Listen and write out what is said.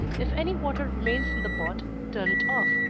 if any water remains in the pot, turn it off,